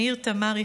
מאיר תמרי,